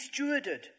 stewarded